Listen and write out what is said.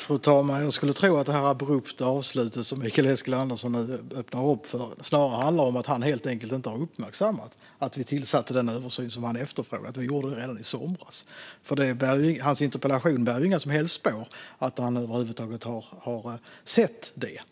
Fru talman! Jag skulle tro att det abrupta avslut som Mikael Eskilandersson nu öppnar upp för snarare handlar om att han helt enkelt inte hade uppmärksammat att vi tillsatt den översynsutredning som han efterfrågar. Detta gjorde vi redan i somras. Hans interpellation bär inga som helst spår av att han över huvud taget har sett detta.